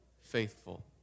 Faithful